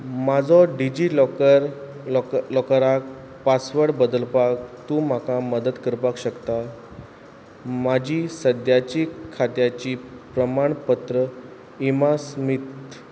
म्हाजो DigiLocker lock लॉकराक password बदलपाक तूं म्हाका मदत करपाक शकता म्हजी सद्याची खात्याची प्रमाणपत्र इमा स्मीथ